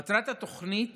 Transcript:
מטרת התוכנית